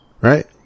Right